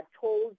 told